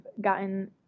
gotten